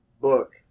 book